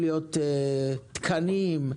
תקנים.